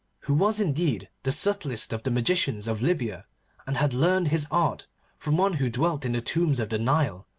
who was indeed the subtlest of the magicians of libya and had learned his art from one who dwelt in the tombs of the nile,